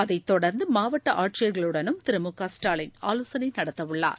அதைத் தொடர்ந்து மாவட்ட ஆட்சியர்களுடனும் திரு மு கஸ்டாலின் ஆலோசனை நடத்தவுள்ளார்